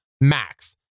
Max